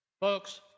Folks